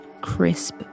crisp